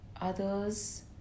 others